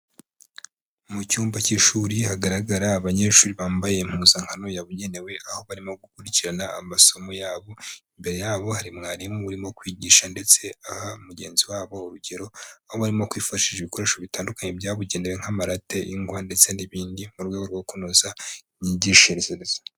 Mu cyumba cy'ishuri hagaragara abanyeshuri bambaye impuzankano yabugenewe aho barimo gukurikirana amasomo yabo, imbere yabo hari mwarimu urimo kwigisha ndetse aha mugenzi wabo urugero, aho barimo kwifashisha ibikoresho bitandukanye byabugenewe nk'amarate, ingwa ndetse n'ibindi mu rwego rwo kunoza imyigishirizirize.